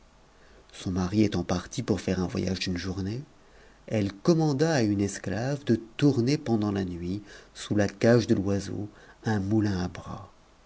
son mari étant parti pour faire un voyage d'une journée elle commanda à une esclave de tourner pendant la nuit sous la cage de l'oiseau un moulin à bras